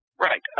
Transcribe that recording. Right